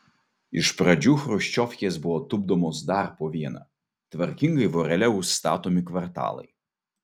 iš pradžių chruščiovkės buvo tupdomos dar po vieną tvarkingai vorele užstatomi kvartalai